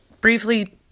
briefly